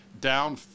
down